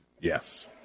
Yes